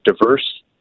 diverse